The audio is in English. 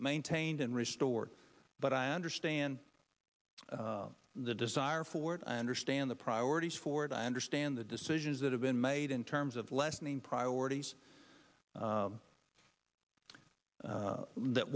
maintained and restored but i understand the desire for it i understand the priorities for it i understand the decisions that have been made in terms of lessening priorities